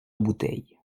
bouteille